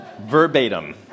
Verbatim